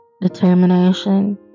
determination